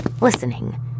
listening